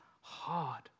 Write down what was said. hard